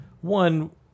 one